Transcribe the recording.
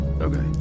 Okay